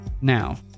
Now